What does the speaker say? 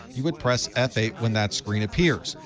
you would press f eight when that screen appears.